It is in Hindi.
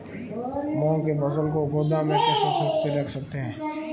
मूंग की फसल को गोदाम में कैसे सुरक्षित रख सकते हैं?